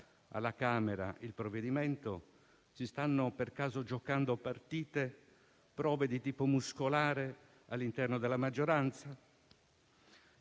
alla Camera il provvedimento si stanno per caso giocando partite, prove di tipo muscolare all'interno della maggioranza?